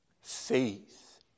Faith